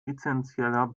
essenzieller